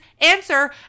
answer